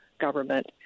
government